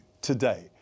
today